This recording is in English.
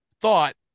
thought